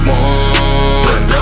One